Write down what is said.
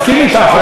הוא מסכים אתך.